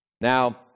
Now